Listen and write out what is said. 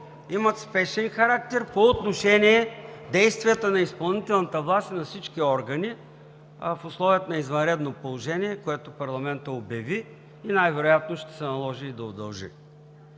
имат спешен характер по отношение действията на изпълнителната власт и на всички органи в условията на извънредно положение, което парламентът обяви и най-вероятно ще се наложи да удължи.